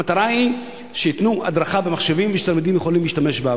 המטרה היא שייתנו הדרכה במחשבים ושתלמידים יכולים להשתמש בה.